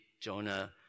Jonah